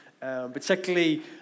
particularly